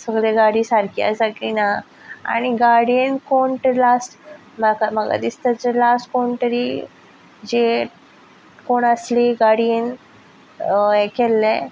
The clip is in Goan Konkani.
सगली गाडी सारकी आसा की ना आनी गाडयेन कोण तो लाश्ट म्हाका दिसता लाश्ट कोण तरी जे कोण आसली गाडयेन हें केल्लें